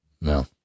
No